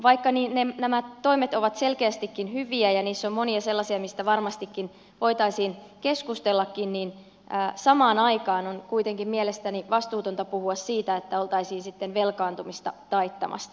vaikka nämä toimet ovat selkeästikin hyviä ja niissä on monia sellaisia mistä varmastikin voitaisiin keskustellakin niin samaan aikaan on kuitenkin mielestäni vastuutonta puhua siitä että oltaisiin sitten velkaantumista taittamassa